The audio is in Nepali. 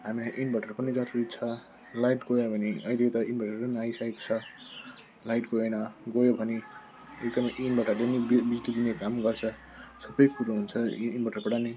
हामी इन्भटर पनि जरुरी छ लाइट गयो भने अहिले त इन्भटर पनि आइसकेको छ लाइट गएन भने गयो भने एकदमै इन्भटरले नै बिजुली दिने काम गर्छ र सबै कुरो हुन्छ यो इन्भटरबाट नै